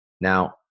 Now